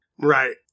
Right